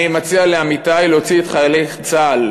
אני מציע לעמיתי להוציא את חיילי צה"ל